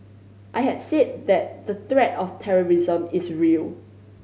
I had said that the threat of terrorism is real